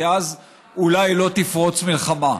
כי אז אולי לא תפרוץ מלחמה.